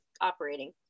operating